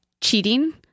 cheating